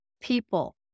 people